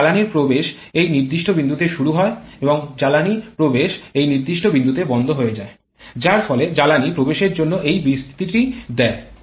এবং জ্বালানীর প্রবেশ এই নির্দিষ্ট বিন্দুতে শুরু হয় এবং জ্বালানী প্রবেশ এই নির্দিষ্ট বিন্দুতে বন্ধ হয়ে যায় যার ফলে জ্বালানী প্রবেশের জন্য এই বিস্তৃটি দেয়